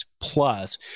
Plus